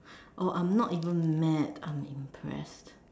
oh I'm not even mad I'm impressed